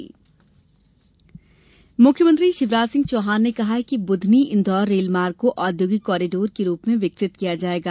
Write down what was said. मुख्यमंत्री मुख्यमंत्री शिवराज सिंह चौहान ने कहा है कि बुधनी इंदौर रेल मार्ग को औद्योगिक कॉरीडोर के रूप में विकसित किया जायेगा